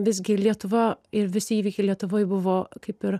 visgi lietuva ir visi įvykiai lietuvoj buvo kaip ir